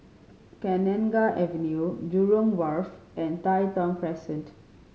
Kenanga Avenue Jurong Wharf and Tai Thong Crescent